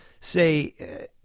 say